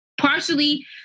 Partially